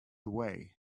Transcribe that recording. away